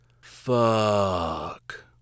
Fuck